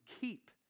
keep